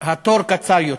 התור קצר יותר?